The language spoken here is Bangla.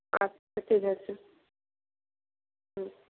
আচ্ছা ঠিক আছে হুম